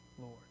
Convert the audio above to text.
Lord